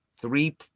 three